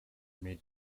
may